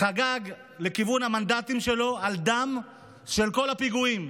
חגג, לכיוון המנדטים שלו, על דם בכל הפיגועים.